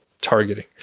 targeting